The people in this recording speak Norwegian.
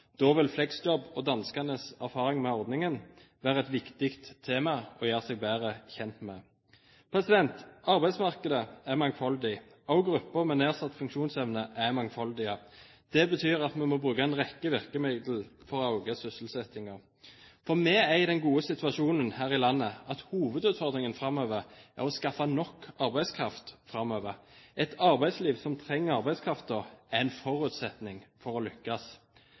Da vil «flexjob» og danskenes erfaringer med ordningen være et viktig tema å gjøre seg bedre kjent med. Arbeidsmarkedet er mangfoldig. Også gruppen med nedsatt funksjonsevne er mangfoldig. Det betyr at vi må bruke en rekke virkemidler for å øke sysselsettingen. For vi er i den gode situasjonen her i landet at hovedutfordringen framover er å skaffe nok arbeidskraft. Et arbeidsliv som trenger arbeidskraften, er en forutsetning for å lykkes.